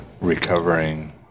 recovering